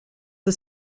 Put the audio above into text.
ist